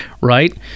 right